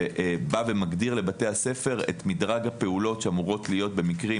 שמגדיר לבתי הספר את מדרג הפעולות שאמורות להיות במקרים